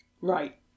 Right